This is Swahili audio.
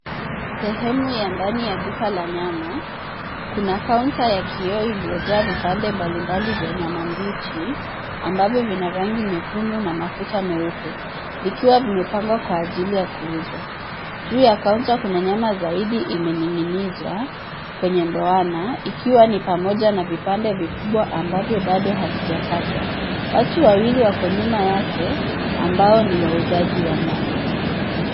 Sehemu ya ndani ya duka la nyama. Kuna kaunta ya kioo iliyojaa vipande mbalimbali vya nyama mbichi ambavyo vina rangi nyekundu na mafuta meupe, vikiwa vimepangwa kwa ajili ya kuuzwa. Juu ya kaunta kuna nyama zaidi imening'inizwa kwenye ndoana ikiwa na pamoja na vipande vikubwa ambavyo bado havijakatwa. Watu wawili wako nyuma yake, ambao ni wauzaji wa nyama.